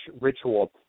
ritual